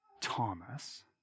Thomas